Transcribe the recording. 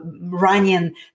running